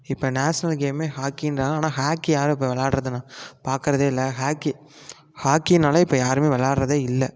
இப்போ நேஷ்னல் கேமே ஹாக்கின்கிறாங்க ஆனால் ஹாக்கி யாரும் இப்போ விளாடுறதை நான் பார்க்கறதே இல்ல ஹாக்கி ஹாக்கினாலே இப்போ யாரும் விளாடுறதே இல்லை